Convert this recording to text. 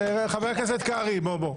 חבר הכנסת קרעי, בוא, בוא.